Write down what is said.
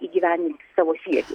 įgyvendinti savo siekį